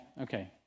Okay